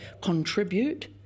contribute